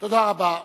תודה רבה.